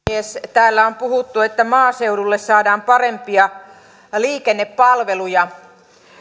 täällä on puhuttu että maaseudulle saadaan parempia liikennepalveluja